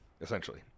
essentially